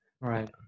Right